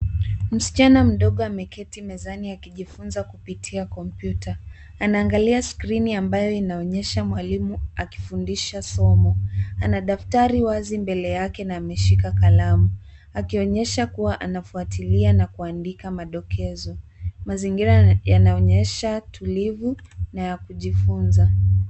Msichana mdogo ameketi mezani akijifunza kupitia kompyuta. anaangalia skrini ambayo inaonyesha mwalimu akifundisha somo. Ana daftari wazi mbele yake na ameshika kalamu akionyesha kuwa anafuatilia na kuandika madokezo. Mazingira yanaonyesha tulivu na ya kujifunza.